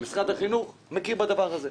ומשרד החינוך מכיר בדבר הזה.